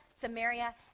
Samaria